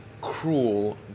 cruel